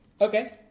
Okay